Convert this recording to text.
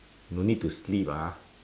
no need to sleep ah